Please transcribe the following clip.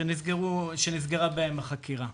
שנסגרה בהם החקירה.